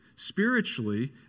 Spiritually